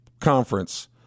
Conference –